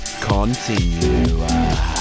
continue